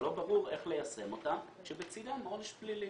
שלא ברור איך ליישם אותם כשבצידם עונש פלילי.